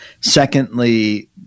Secondly